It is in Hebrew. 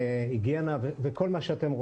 היגיינה וכל מה שאתם רוצים.